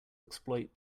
exploit